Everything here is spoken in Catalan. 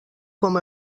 com